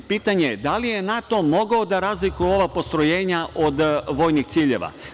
Pitanje je da li je NATO mogao da razlikuje ova postrojenja od vojnih ciljeva?